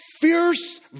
fierce